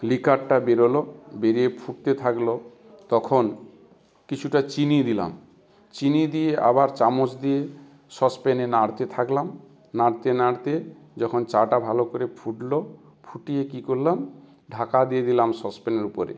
লিকারটা বেরোল বেরিয়ে ফুটতে থাকল তখন কিছুটা চিনি দিলাম চিনি দিয়ে আবার চামচ দিয়ে সসপ্যানে নাড়তে থাকলাম নাড়তে নাড়তে যখন চাটা ভালো করে ফুটল ফুটিয়ে কী করলাম ঢাকা দিয়ে দিলাম সসপ্যানের উপরে